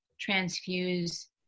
transfuse